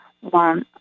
one